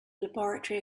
laboratory